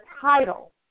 title